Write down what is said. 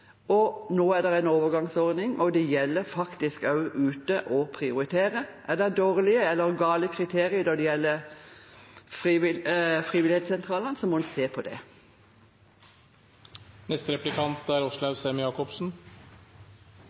tilskudd. Nå er det en overgangsordning, og det gjelder at man faktisk prioriterer der ute. Er det dårlige eller feil kriterier når det gjelder frivilligsentralene, må man se på det. Det var så god stemning her i sted, så jeg håper det er